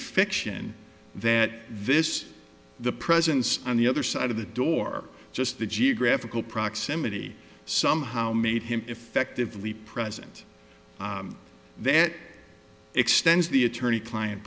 fiction that this the presence on the other side of the door just the geographical proximity somehow made him effectively present that extends the attorney client